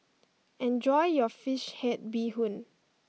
enjoy your Fish Head Bee Hoon